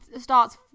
starts